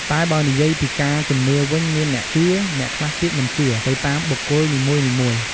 តែបើនិយាយពីការជំនឿវិញមានអ្នកជឿ អ្នកខ្លះទៀតមិនជឿ ទៅតាមបុគ្គលនីមួយៗ។